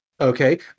Okay